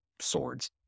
swords